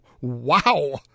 wow